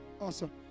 Awesome